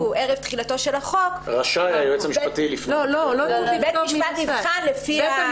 ערב תחילתו של החוק בית המשפט יבחן לפי המבחנים.